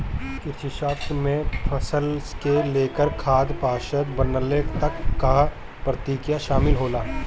कृषिशास्त्र में फसल से लेकर खाद्य पदार्थ बनले तक कअ प्रक्रिया शामिल होला